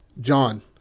John